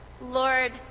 lord